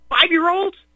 five-year-olds